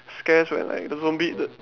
scarce when like the zombie the